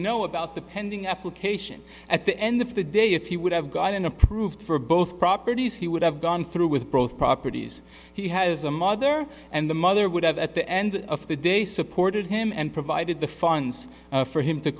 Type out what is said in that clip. know about the pending application at the end of the day if you would have gotten approved for both properties he would have gone through with both properties he has a mother and the mother would have at the end of the day supported him and provided the funds for him to